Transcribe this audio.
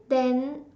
then